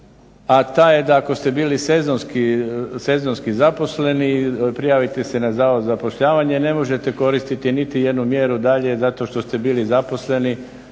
a to je ako ste bili sezonski zaposleni, prijavite se na Zavod za zapošljavanje ne možete koristiti niti jednu mjeru dalje zato što ste bili zaposleni